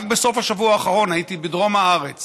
רק בסוף השבוע האחרון הייתי בדרום הארץ